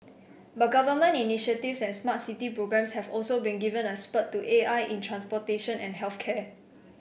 but government initiatives and smart city programs have also given a spurt to A I in transportation and health care